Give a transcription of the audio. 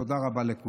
תודה רבה לכולם.